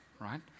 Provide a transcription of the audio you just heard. right